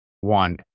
one